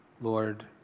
Lord